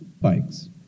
bikes